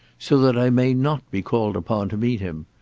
so that i may not be called upon to meet him.